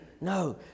No